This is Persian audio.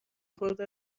خورده